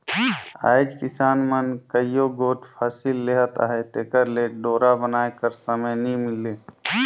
आएज किसान मन कइयो गोट फसिल लेहत अहे तेकर ले डोरा बनाए कर समे नी मिले